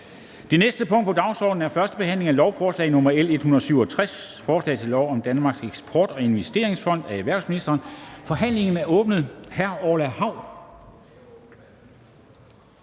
Det næste punkt på dagsordenen er: 5) 1. behandling af lovforslag nr. L 167: Forslag til lov om Danmarks Eksport- og Investeringsfond. Af erhvervsministeren (Simon Kollerup).